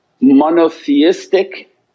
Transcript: monotheistic